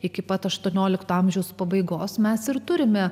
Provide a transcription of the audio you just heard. iki pat aštuoniolikto amžiaus pabaigos mes ir turime